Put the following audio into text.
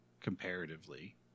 comparatively